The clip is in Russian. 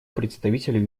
представителю